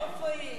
איפה היא?